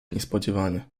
niespodzianie